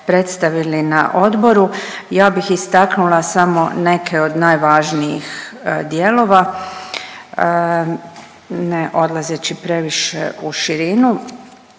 predstavili na odboru, ja bih istaknula samo neke od najvažnijih dijelova ne odlazeći previše u širinu.